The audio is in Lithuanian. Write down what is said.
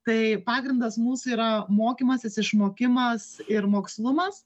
tai pagrindas mūsų yra mokymasis išmokimas ir mokslumas